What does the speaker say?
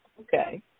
Okay